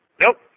Nope